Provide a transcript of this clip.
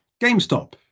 GameStop